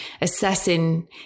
assessing